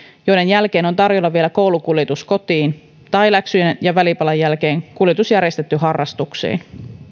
joiden jälkeen on tarjolla vielä koulukuljetus kotiin tai se että läksyjen ja välipalan jälkeen on kuljetus järjestetty harrastuksiin